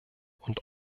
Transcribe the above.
und